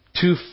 Two